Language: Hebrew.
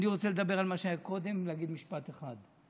אני רוצה לדבר על מה שהיה קודם ולהגיד משפט אחד: